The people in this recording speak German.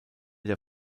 der